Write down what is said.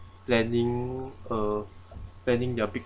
planning uh planning their big